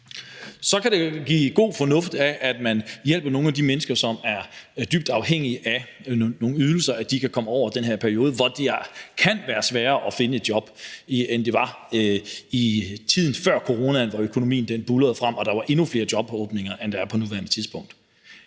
Så kan det være fornuftigt, at man hjælper nogle af de mennesker, som er dybt afhængige af nogle ydelser, altså til at de kan komme over den her periode, hvor det kan være sværere at finde et job, end det var i tiden før coronaen, hvor økonomien buldrede frem og der var endnu flere jobåbninger, end der er på nuværende tidspunkt.